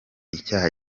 icyaha